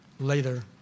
Later